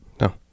No